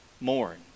mourn